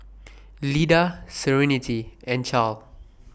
Lida Serenity and Charle